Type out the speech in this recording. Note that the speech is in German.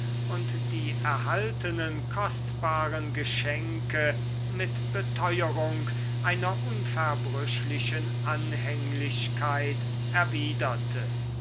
und die erhaltenen kostbaren geschenke mit beteuerung einer unverbrüchlichen anhänglichkeit erwiderte